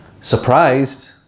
surprised